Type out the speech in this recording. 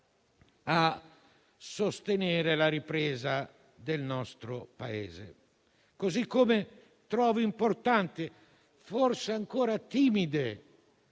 a sostenere la ripresa del nostro Paese. Allo stesso modo trovo importante, ma forse ancora timida,